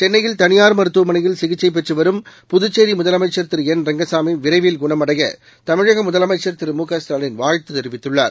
சென்னையில் தளியார் மருத்துவமனையில் சிகிச்சைபெற்றுவரும் புதச்சேரிமுதலமைச்சர் திருஎன் ரங்கசாமிவிளரவில் குணமடையதமிழகமுதலமைச்சர் திரு மு க ஸ்டாலின் வாழ்த்துதெரிவித்துள்ளார்